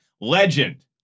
legend